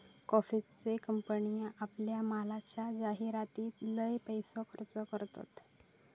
कॉफीचे कंपने आपल्या मालाच्या जाहीरातीर लय पैसो खर्च करतत